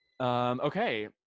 Okay